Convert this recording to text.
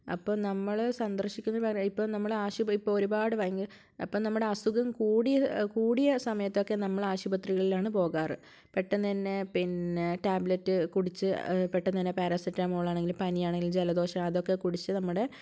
അപ്പോൾ നമ്മൾ സന്ദർശിക്കുന്ന ഇപ്പോൾ നമ്മൾ ആശുപ ഇപ്പോൾ ഒരുപാട് വയ അപ്പോൾ നമ്മുടെ അസുഖം കൂടിയ കൂടിയ സമയത്തൊക്കെ നമ്മൾ ആശുപത്രികളിലാണ് പോകാറ് പെട്ടെന്ന് തന്നെ പിന്നെ ടാബ്ലെറ്റ് കുടിച്ച് പെട്ടെപെട്ടെന്ന് തന്നെ പാരസെറ്റാമോൾ പനിയാണെങ്കിൽ ജലദോഷം അതൊക്കെ കുടിച്ച് നമ്മുടെ